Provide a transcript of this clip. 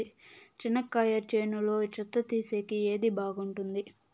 చెనక్కాయ చేనులో చెత్త తీసేకి ఏది బాగుంటుంది?